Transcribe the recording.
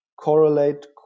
correlate